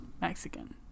Mexican